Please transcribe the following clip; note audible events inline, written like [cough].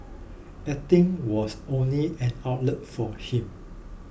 acting was [unintelligible] an outlet for him